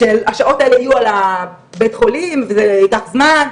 שהשעות האלה יהיו על הבית חולים, זה ייקח זמן.